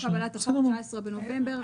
-- ויום קבלת החוק 19 בנובמבר.